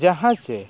ᱡᱟᱦᱟᱸ ᱪᱮ